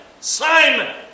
Simon